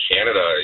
Canada